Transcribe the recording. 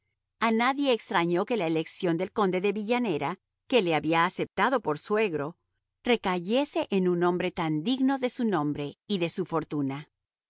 a nadie extrañó que la elección del conde de villanera que le había aceptado por suegro recayese en un hombre tan digno de su nombre y de su fortuna